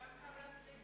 גם חברת הכנסת